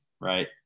right